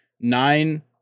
nine